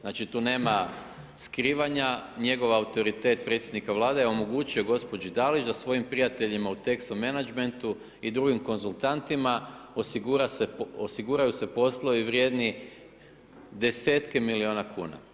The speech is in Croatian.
Znači tu nema skrivanja, njegov autoritet predsjednika Vlade je omogućio gospođi Dalić da svojim prijateljima u teksto menadžmentu i drugim konzultantima osiguraju se poslovi vrijedni desetke milijuna kuna.